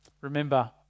Remember